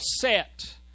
set